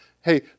hey